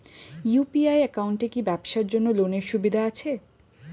UPI একাউন্টে কি ব্যবসার জন্য লোনের সুবিধা আছে?